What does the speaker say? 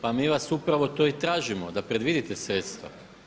Pa mi vas upravo to i tražimo da predvidite sredstva.